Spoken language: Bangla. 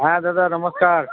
হ্যাঁ দাদা নমস্কার